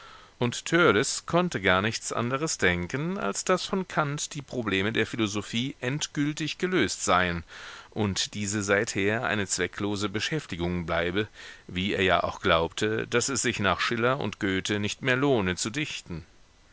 und törleß konnte gar nichts anderes denken als daß von kant die probleme der philosophie endgültig gelöst seien und diese seither eine zwecklose beschäftigung bleibe wie er ja auch glaubte daß es sich nach schiller und goethe nicht mehr lohne zu dichten